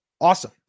Awesome